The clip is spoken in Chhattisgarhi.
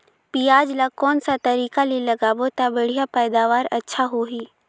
पियाज ला कोन सा तरीका ले लगाबो ता बढ़िया पैदावार अच्छा होही?